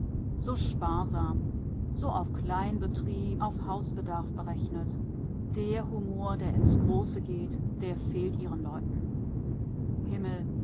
so sparsam so auf kleinbetrieb auf hausbedarf berechnet der humor der ins große geht der fehlt ihren leuten himmel